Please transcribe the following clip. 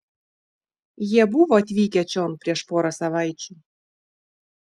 jie buvo atvykę čion prieš porą savaičių